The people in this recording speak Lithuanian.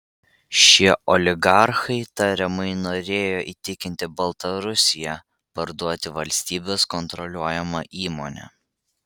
šie oligarchai tariamai norėjo įtikinti baltarusiją parduoti valstybės kontroliuojamą įmonę